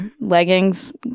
leggings